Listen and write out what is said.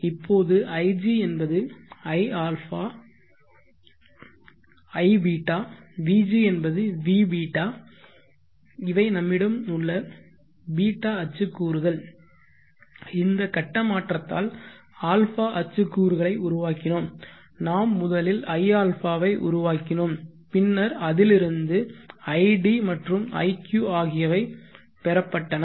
இப்போது ig என்பது iβ vg என்பது vβ இவை நம்மிடம் உள்ள β அச்சு கூறுகள் இந்த கட்ட மாற்றத்தால் α அச்சு கூறுகளை உருவாக்கினோம் நாம் முதலில் iα ஐ உருவாக்கினோம் பின்னர் அதிலிருந்து id மற்றும் iq ஆகியவை பெறப்பட்டன